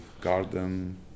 garden